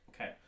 Okay